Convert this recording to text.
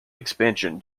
expansion